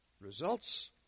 Results